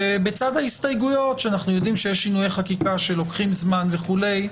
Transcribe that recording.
אנחנו יודעים שיש שינויי חקיקה שלוקחים זמן וכולי,